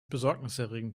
besorgniserregend